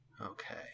Okay